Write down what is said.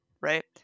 right